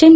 N